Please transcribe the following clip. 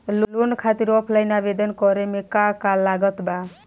Loan खातिर offline आवेदन करे म का का लागत बा?